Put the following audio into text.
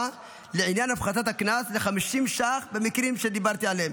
לעניין הפחתת הקנס ל-50 ש"ח במקרים שדיברתי עליהם.